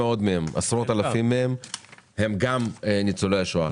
שעשרות אלפים מתוכם הם גם ניצולי שואה.